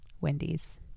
wendy's